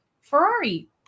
Ferrari